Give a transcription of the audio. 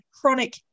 chronic